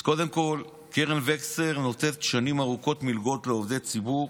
אז קודם כול קרן וקסנר נותנת שנים ארוכות מלגות לעובדי ציבור